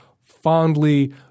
fondly